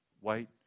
White